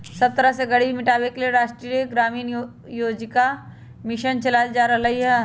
सब तरह से गरीबी मिटाबे के लेल राष्ट्रीय ग्रामीण आजीविका मिशन चलाएल जा रहलई ह